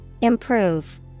Improve